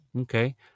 Okay